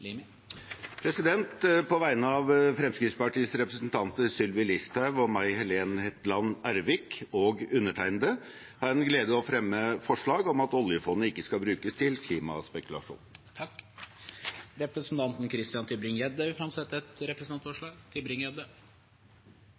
På vegne av Fremskrittspartiets representanter Sylvi Listhaug, May Helen Hetland Ervik og meg selv har jeg den glede å fremme forslag om at oljefondet ikke skal brukes til klimaspekulasjon. Representanten Christian Tybring-Gjedde vil framsette et representantforslag.